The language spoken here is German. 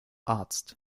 arzt